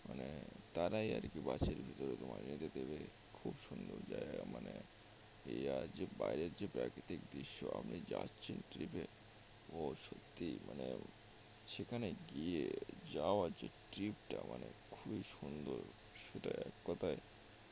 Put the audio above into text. মানে তারাই আর কি বাসের ভিতরে তোমার নিতে দেবে খুব সুন্দর জায়গা মানে এইয় যে বাইরের যে প্রাকৃতিক দৃশ্য আপনি যাচ্ছেন ট্রিপে ও সত্যিই মানে সেখানে গিয়ে যাওয়ার যে ট্রিপটা মানে খুবই সুন্দর সেটা এক কথায়